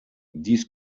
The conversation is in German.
dies